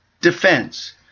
defense